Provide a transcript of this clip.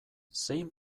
zein